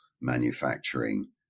manufacturing